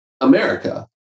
America